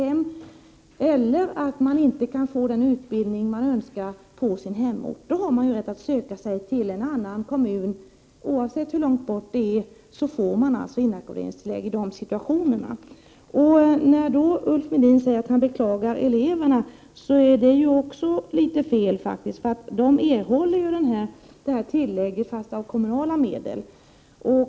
En elev som inte kan få den utbildning han önskar på hemorten har rätt att söka sig till en annan kommun, oavsett hur långt bort den ligger, och han får inackorderingstillägg. Ulf Melin säger att han beklagar eleverna, men det är litet fel att säga det. De erhåller ju detta tillägg, men av kommunala medel.